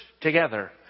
together